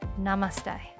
Namaste